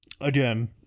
Again